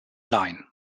line